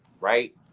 right